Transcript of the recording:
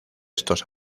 estos